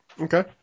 Okay